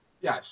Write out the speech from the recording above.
Yes